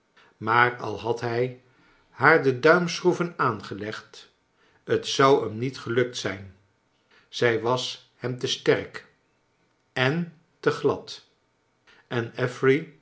maar al had hij haar de duimschroeven aangelegd t zou hem niet gelukt zijn zij was hem te sterk en te glad en